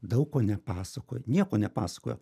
daug ko nepasakojo nieko nepasakojo